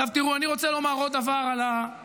עכשיו, תראו, אני רוצה להגיד עוד דבר על המלחמה,